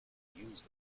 use